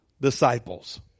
disciples